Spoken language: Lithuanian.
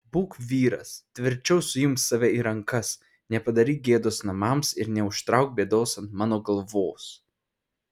būk vyras tvirčiau suimk save į rankas nepadaryk gėdos namams ir neužtrauk bėdos ant mano galvos